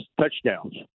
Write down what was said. touchdowns